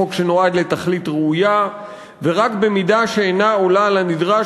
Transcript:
חוק שנועד לתכלית ראויה ורק במידה שאינה עולה על הנדרש,